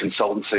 consultancy